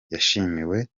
yashimiwe